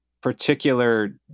particular